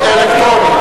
אלקטרוני.